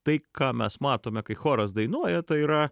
tai ką mes matome kai choras dainuoja tai yra